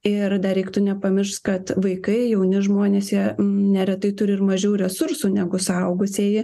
ir dar reiktų nepamiršt kad vaikai jauni žmonės jie neretai turi ir mažiau resursų negu suaugusieji